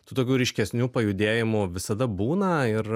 tų tokių ryškesnių pajudėjimų visada būna ir